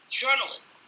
journalism